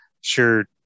Sure